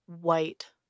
white